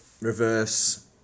reverse